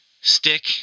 Stick